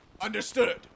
Understood